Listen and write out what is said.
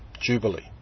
Jubilee